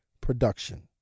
production